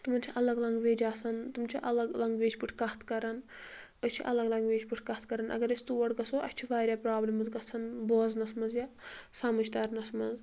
تِمن چھِ الگ لنٛگویج آسان تِم چھِ الگ لنٛگویج پٲٹھۍ کتھ کران أسۍ چھِ الگ لنٛگویج پٲٹھۍ کتھ کران اگر أسۍ تور گژھو اسہِ چھِ واریاہ پرابلمٕز گژھان بوزنس منٛز یا سمٕجھ ترنس منٛز